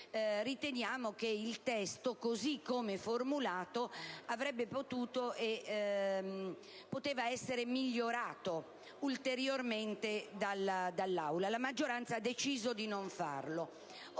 riteniamo che il testo così come formulato avrebbe potuto essere migliorato ulteriormente dall'Assemblea ma la maggioranza ha deciso di non farlo.